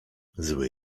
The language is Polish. zły